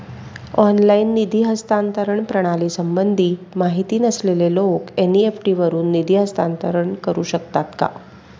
Online निधी हस्तांतरण प्रणालीसंबंधी माहिती नसलेले लोक एन.इ.एफ.टी वरून निधी हस्तांतरण करू शकतात का?